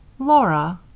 laura,